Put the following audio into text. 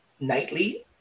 nightly